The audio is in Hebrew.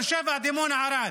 באר שבע, דימונה, ערד.